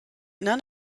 none